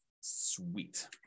Sweet